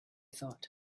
thought